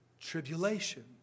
tribulation